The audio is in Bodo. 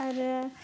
आरो